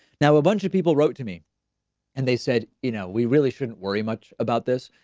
now, a bunch of people wrote to me and they said, you know, we really shouldn't worry much about this.